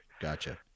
Gotcha